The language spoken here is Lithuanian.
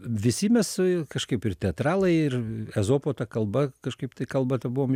visi mes kažkaip ir teatralai ir ezopo ta kalba kažkaip tai kalbą tą buvom